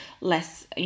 less